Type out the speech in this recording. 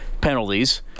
penalties